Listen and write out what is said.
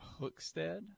Hookstead